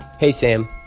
hey, sam.